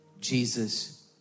jesus